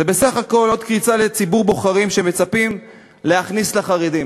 זה בסך הכול עוד קריצה לציבור בוחרים שמצפים "להכניס לחרדים".